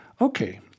okay